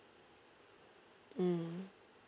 mm